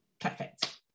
Perfect